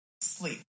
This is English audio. sleep